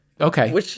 Okay